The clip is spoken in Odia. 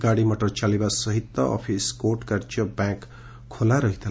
ଗାଡ଼ି ମଟର ଚାଲିବା ସହିତ ଅଫିସ୍ କୋର୍ଟ କାର୍ଯ୍ୟ ବ୍ୟାଙ୍କ୍ ଖୋଲା ରହିଥିଲା